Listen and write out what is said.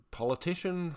politician